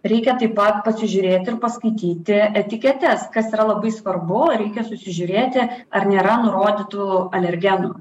reikia taip pat pasižiūrėti ir paskaityti etiketes kas yra labai svarbu reikia susižiūrėti ar nėra nurodytų alergenų